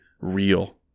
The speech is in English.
real